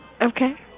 Okay